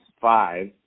five